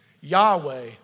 Yahweh